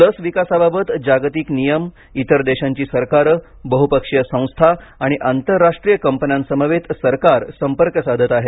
लस विकासाबाबत जागतिक नियम इतर देशांची सरकारं बहुपक्षीय संस्था आणि आंतरराष्ट्रीय कंपन्यांसमवेत सरकार संपर्क साधत आहे